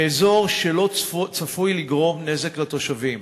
באזור שממנו לא צפוי להיגרם נזק לתושבים,